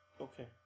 Okay